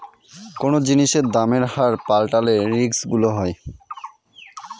কোনো জিনিসের দামের হার পাল্টালে রিস্ক গুলো হয়